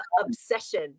obsession